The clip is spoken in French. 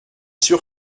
sûr